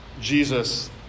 Jesus